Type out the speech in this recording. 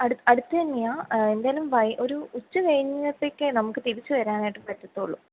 അടു അടുത്ത് തന്നെ ആണ് എന്തായാലും വൈ ഒരു ഉച്ച കഴിഞ്ഞത്തേക്ക് നമുക്ക് തിരിച്ച് വരാനായിട്ട് പറ്റത്തുള്ളൂ